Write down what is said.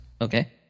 Okay